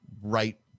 right